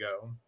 go